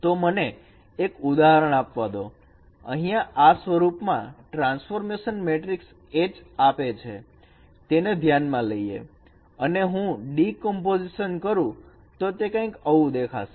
તો મને એક ઉદાહરણ આપવા દો અહીંયા આ સ્વરૂપમાં ટ્રાન્સફોર્મેશન મેટ્રિકસ H આપે તેને ધ્યાનમાં લઈએ અને જો હું ડીકમ્પોઝિશન કરું તો તે કંઈક આવું દેખાશે